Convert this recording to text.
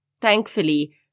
Thankfully